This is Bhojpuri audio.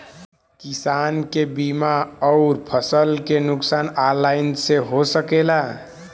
किसान के बीमा अउर फसल के नुकसान ऑनलाइन से हो सकेला?